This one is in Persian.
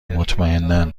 مطمئنا